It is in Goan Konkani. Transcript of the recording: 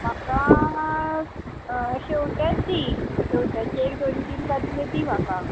म्हाका शेवटेत दी शेवट्याचे एक दोन तीन वाटें दी म्हाका